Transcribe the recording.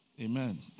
Amen